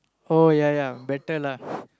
oh ya ya better lah